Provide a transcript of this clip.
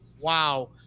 wow